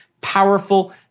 powerful